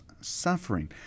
suffering